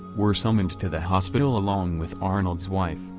were summoned to the hospital along with arnold's wife,